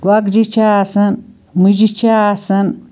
گۄگجہِ چھِ آسان مُجہِ چھِ آسان